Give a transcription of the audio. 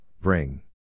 bring